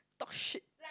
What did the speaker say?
dog shit